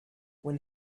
when